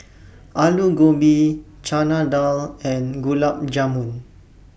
Alu Gobi Chana Dal and Gulab Jamun